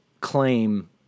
claim